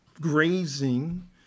grazing